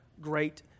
great